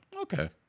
Okay